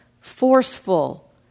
forceful